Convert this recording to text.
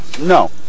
no